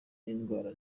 n’indwara